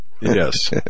Yes